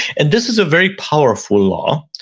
and this is a very powerful law.